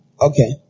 Okay